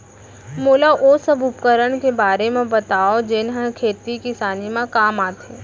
मोला ओ सब उपकरण के बारे म बतावव जेन ह खेती किसानी म काम आथे?